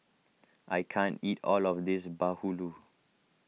I can't eat all of this Bahulu